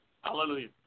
Hallelujah